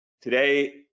Today